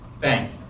thank